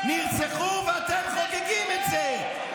חבר הכנסת חנוך מלביצקי.